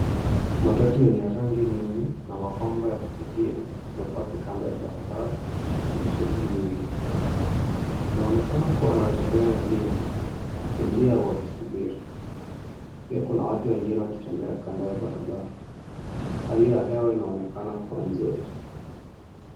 Matatu yenye rangi nyingi na mapambo ya kuvutia limepaki kando ya barabara yenye shughuli nyingi. Linaonekana kuwa na abiria wengine wakiingia au wakisubiri. Pia kuna watu wengine wakitembea kando ya barabara. Hali ya hewa inaonekana kuwa nzuri.